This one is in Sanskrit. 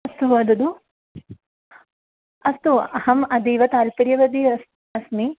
अस्तु वदतु अस्तु अहम् अतीवतात्पर्यवती अस्मि अस्मि